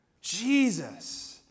Jesus